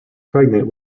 pregnant